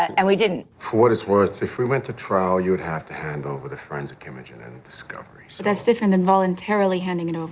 and we didn't. for what it's worth, if we went to trial, you would have to hand over the forensic imaging and in discovery. but that's different than voluntarily handing it over.